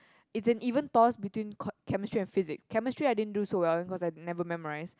it's an even toss between co~ Chemistry and Physics Chemistry I didn't do so well because I never memorise